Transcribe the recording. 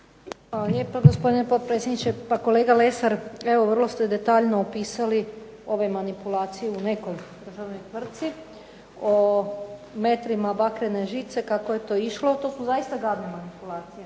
Hvala lijepa gospodine potpredsjedniče. Pa kolega Lesar evo vrlo ste detaljno opisali ove manipulacije u nekoj državnoj tvrtki o metrima bakrene žice, kako je to išlo. To su zaista gadne manipulacije,